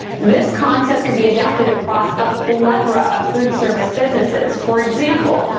this concept could be adapted across a plethora of food service businesses. for example,